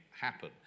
happen